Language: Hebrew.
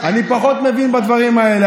אני פחות מבין בדברים האלה,